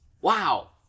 Wow